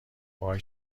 وای